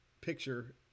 picture